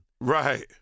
Right